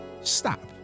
Stop